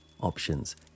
options